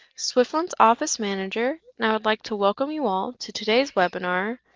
swfln's office manager, and i would like to welcome you all to today's webinar,